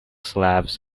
slavs